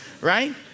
right